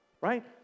Right